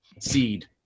Seed